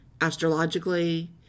astrologically